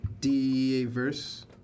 D-verse